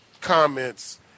comments